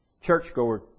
churchgoer